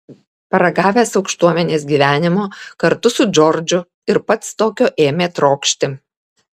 paragavęs aukštuomenės gyvenimo kartu su džordžu ir pats tokio ėmė trokšti